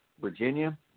Virginia